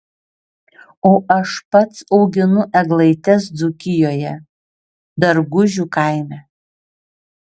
o aš pats auginu eglaites dzūkijoje dargužių kaime